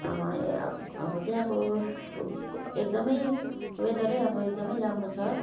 अब त्यहाँको एकदमै वेदरै आबो एकदमै राम्रो छ